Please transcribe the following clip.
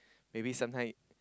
maybe sometime